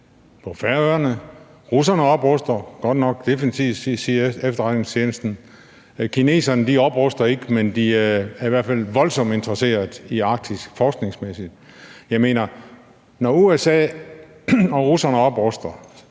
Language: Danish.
på Færøerne. Russerne opruster – godt nok defensivt, siger efterretningstjenesten. Kineserne opruster ikke, men de er i hvert fald voldsomt interesseret i Arktis forskningsmæssigt. Når USA og russerne opruster,